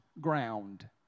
ground